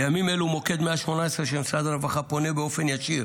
בימים אלה מוקד 118 של משרד הרווחה פונה באופן ישיר